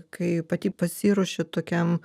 kai pati pasiruošiat tokiam